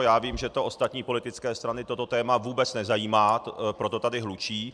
Já vím, že ostatní politické strany toto téma vůbec nezajímá, proto tady hlučí.